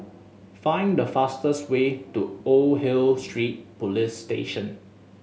find the fastest way to Old Hill Street Police Station